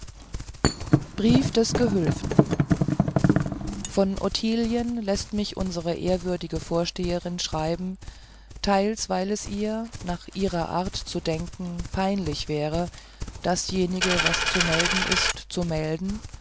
brief des gehülfen von ottilien läßt mich unsre ehrwürdige vorsteherin schreiben teils weil es ihr nach ihrer art zu denken peinlich wäre dasjenige was zu melden ist zu melden